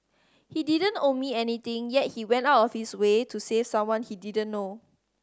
he didn't owe me anything yet he went out of his way to save someone he didn't know